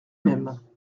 même